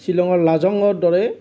ছিলঙৰ লাজঙৰ দৰে